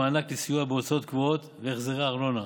עם מענק לסיוע בהוצאות קבועות והחזרי ארנונה.